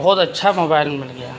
ہاں بہت اچّھا موبائل مل گیا ہے